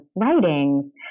writings